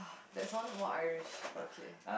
that sounded more Irish but okay